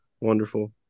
Wonderful